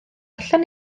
allan